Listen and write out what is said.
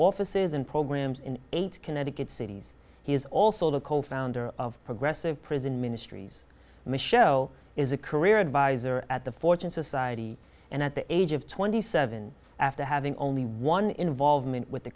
offices and programs in eight connecticut cities he is also the co founder of progressive prison ministries michaud is a career adviser at the fortune society and at the age of twenty seven after having only one involvement with the